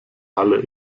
halle